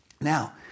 Now